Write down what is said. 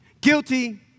Guilty